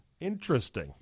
Interesting